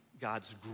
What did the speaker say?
God's